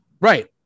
Right